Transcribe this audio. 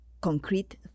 concrete